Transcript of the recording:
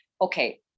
Okay